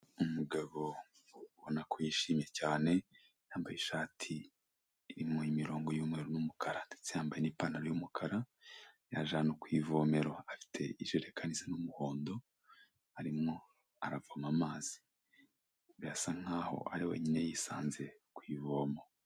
Umugabo ubona ko yishimye cyane, yambaye ishati irimo imirongo y'umweru n'umukara, ndetse yambaye ipantaro y'umukara, yaje ahantu ku ivomero, afite ijerekani isa n'umuhondo, arimo aravoma amazi, birasa nkaho ariwe wenyine yisanze ku ivomo.